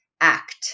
act